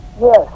Yes